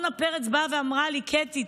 אורנה פרץ באה ואמרה לי: קטי,